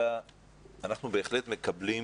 אלא אנחנו בהחלט מקבלים